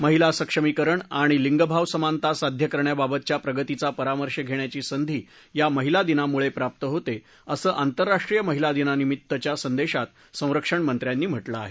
महिला सक्षमीकरण आणि लिंगभाव समानता साध्य करण्याबाबतच्या प्रगतीचा परामर्श धेण्याची संधी या महिला दिनामुळे प्राप्त होते असं आंतरराष्ट्रीय महिला दिनानिमित्तच्या संदेशात संरक्षण मंत्र्यांनी म्हटलं आहे